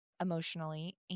emotionally